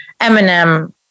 Eminem